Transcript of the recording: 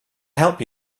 help